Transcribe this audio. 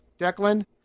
Declan